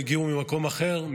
הגיעו ממקום אחר,